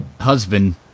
husband